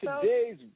today's